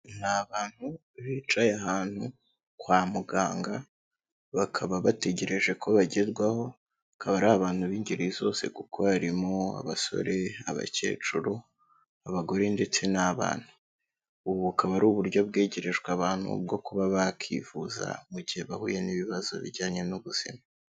Ni abantu bicaye ahantu kwa muganga bakaba bategereje ko bagerwaho, akaba ari abantu b'ingeri zose kuko harimo abasore, abakecuru, abagore ndetse n'abana. Ubu bakaba ari uburyo bwegerejwe abantu bwo kuba bakivuza mu gihe bahuye n'ibibazo bijyanye n'ubuzima.